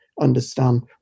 understand